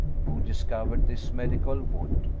who discovered this medical wood,